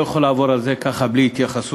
לא יכול לעבור על זה ככה בלי התייחסות,